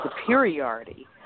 superiority